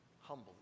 Humble